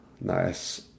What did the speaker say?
nice